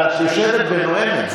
אבל את יושבת ונואמת.